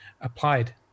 applied